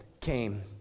came